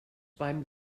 beim